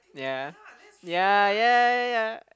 yeah yeah yeah yeah yeah